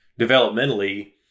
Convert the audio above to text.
developmentally